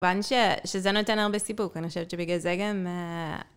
כמובן שזה נותן הרבה סיפוק, אני חושבת שבגלל זה גם...